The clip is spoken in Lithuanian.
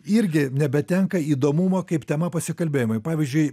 irgi nebetenka įdomumo kaip tema pasikalbėjimui pavyzdžiui